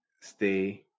stay